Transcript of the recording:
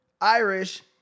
Irish